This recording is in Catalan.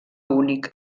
únic